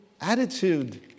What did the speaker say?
attitude